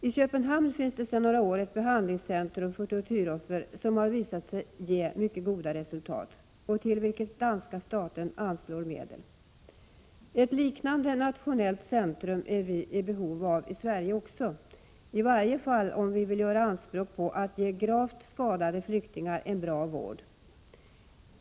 I Köpenhamn finns det sedan några år ett behandlingscentrum för tortyroffer som har visat sig ge goda resultat och till vilket danska staten anslår medel. Ett liknande nationellt centrum är vi i behov av också i Sverige, i varje fall om vi vill göra anspråk på att ge gravt skadade flyktingar en bra vård.